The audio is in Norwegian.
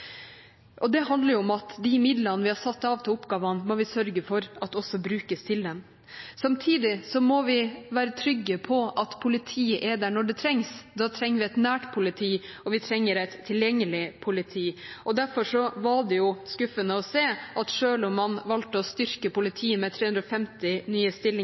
Det handler om at de midlene vi har satt av til oppgavene, må vi også sørge for brukes til oppgavene. Samtidig må vi være trygge på at politiet er der når det trengs. Da trenger vi et nært politi, og vi trenger et tilgjengelig politi. Derfor var det skuffende å se at selv om man valgte å styrke politiet med 350 nye stillinger,